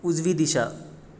उजवी दिशा